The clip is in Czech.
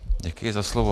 Děkuji za slovo.